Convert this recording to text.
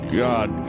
god